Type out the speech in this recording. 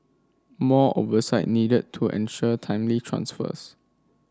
more oversight needed to ensure timely transfers